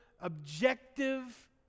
objective